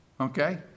Okay